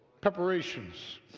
preparations